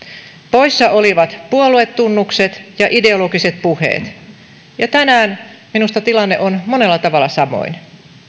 poissa olivat puoluetunnukset ja ideologiset puheet ja tänään minusta tilanne on monella tavalla samoin